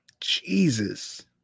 Jesus